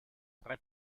tre